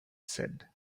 said